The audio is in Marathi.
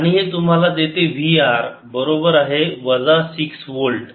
आणि हे तुम्हाला देते V r बरोबर आहे वजा 6 व्होल्ट